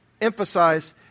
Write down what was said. emphasize